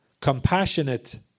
compassionate